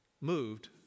moved